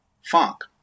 Funk